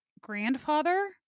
grandfather